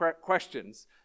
questions